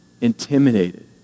intimidated